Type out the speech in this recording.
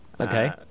Okay